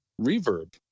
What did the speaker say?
reverb